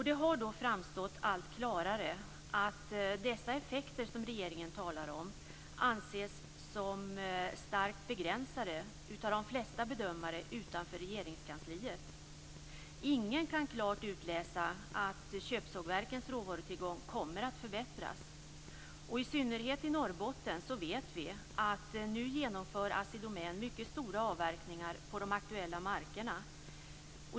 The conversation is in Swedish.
Det har då framstått allt klarare att de effekter som regeringen talar om anses som starkt begränsade av de flesta bedömare utanför Regeringskansliet. Ingen kan klart utläsa att köpsågverkens råvarutillgång kommer att förbättras. I synnerhet i Norrbotten vet vi att Assi Domän nu genomför mycket stora avverkningar på de aktuella markerna.